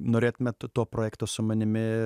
norėtumėt to projekto su manimi